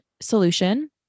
solution